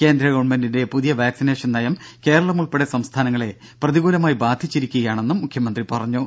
കേന്ദ്ര ഗവൺമെന്റിന്റെ പുതിയ വാക്സിനേഷൻ നയം കേരളമുൾപ്പെടെ സംസ്ഥാനങ്ങളെ പ്രതികൂലമായി ബാധിച്ചിരിക്കയാണെന്നും മുഖ്യമന്ത്രി പറഞ്ഞു